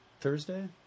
Thursday